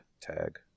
tag